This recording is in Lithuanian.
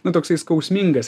nu toksai skausmingas